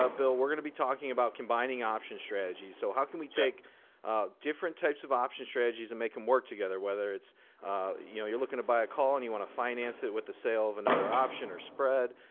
ah bill, we're going to be talking about combining option strategies. so how can we take different types of option strategies and make them work together? whether it's you know you're looking to buy a call, and you want to finance it with the sale of another option or spread.